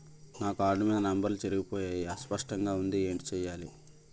నా కార్డ్ మీద నంబర్లు చెరిగిపోయాయి అస్పష్టంగా వుంది ఏంటి చేయాలి?